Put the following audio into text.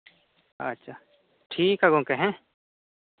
ᱟᱪᱪᱷᱟ ᱴᱷᱤᱠ ᱜᱮᱭᱟ ᱜᱚᱢᱠᱮ